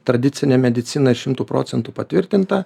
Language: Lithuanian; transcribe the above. tradicinė medicina šimtu procentų patvirtinta